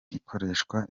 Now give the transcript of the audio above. ikoreshwa